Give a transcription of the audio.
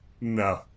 no